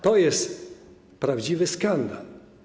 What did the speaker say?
To jest prawdziwy skandal.